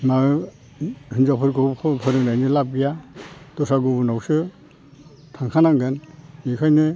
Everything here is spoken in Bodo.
मा हिनजावफोरखौ खम फोरोंनायनि लाब गैया दस्रा गुबुनावसो थांखानांगोन बेखायनो